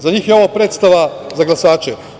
Za njih je ovo predstava za glasače.